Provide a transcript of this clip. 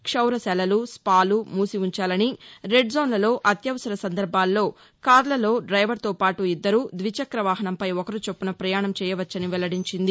క్షౌర శాలలు స్పాలు మూసి ఉంచాలని రెడ్ జోన్లలో అత్యవసర సందర్బాల్లో కార్లలో డైవర్తో పాటు ఇద్దరు ద్విచక్రవాహనంపై ఒకరుచొప్పున పయాణం చేయొచ్చని వెల్లడించింది